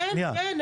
שוטר,